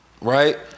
right